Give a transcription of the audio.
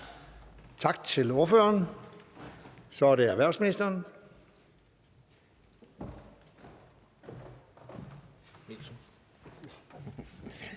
Tak til ordføreren. Så er det erhvervsministeren.